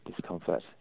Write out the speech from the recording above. discomfort